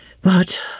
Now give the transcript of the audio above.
But